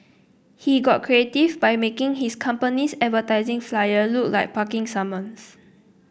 he got creative by making his company's advertising flyer look like a parking summons